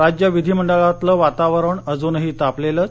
राज्य विधिमंडळातलं वातावरण अजूनही तापलेलंच